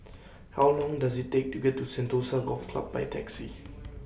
How Long Does IT Take to get to Sentosa Golf Club By Taxi